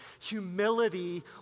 Humility